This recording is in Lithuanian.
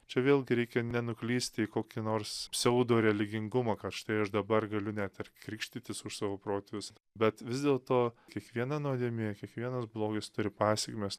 čia vėlgi reikia nenuklysti į kokį nors pseudo religingumą kad štai aš dabar galiu net ir krikštytis už savo protėvius bet vis dėlto kiekviena nuodėmė kiekvienas blogis turi pasekmes